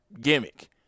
gimmick